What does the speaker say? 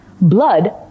blood